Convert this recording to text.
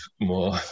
more